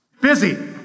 busy